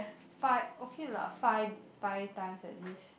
five okay lah five five times at least